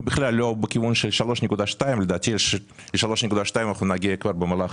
בכלל לא בכיוון של 3.2. לדעתי ל-3.2 אנחנו נגיע כבר במהלך